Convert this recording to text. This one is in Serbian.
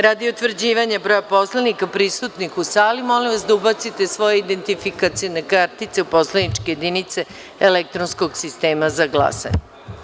Radi utvrđivanja broja narodnih poslanika prisutnih u sali, molim narodne poslanike daubace svoje identifikacione kartice u poslaničke jedinice elektronskog sistema za glasanje.